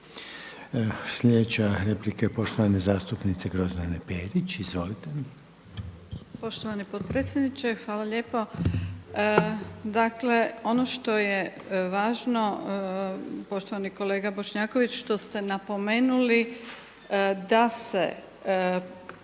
Sljedeća replika je poštovane zastupnice Grozdane Perić. Izvolite. **Perić, Grozdana (HDZ)** Poštovani potpredsjedniče, hvala lijepa. Dakle ono što je važno, poštovani kolega Bošnjaković, što ste napomenuli da se